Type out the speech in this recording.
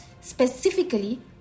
specifically